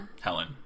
Helen